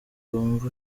wumva